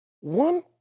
One